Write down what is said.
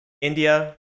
India